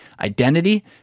identity